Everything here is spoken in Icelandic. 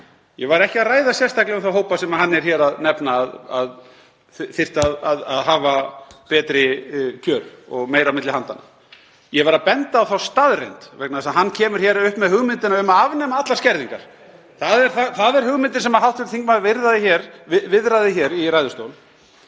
Ég var ekki að ræða sérstaklega um þá hópa sem hann nefnir hér að þyrftu að hafa betri kjör og meira á milli handanna. Ég verð að benda á þá staðreynd, vegna þess að hann kemur hér upp með hugmyndina um að afnema allar skerðingar …(Gripið fram í.) Það er hugmyndin sem hv. þingmaður viðraði í ræðustól,